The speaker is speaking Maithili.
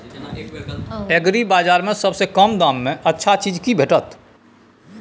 एग्रीबाजार में सबसे कम दाम में अच्छा चीज की भेटत?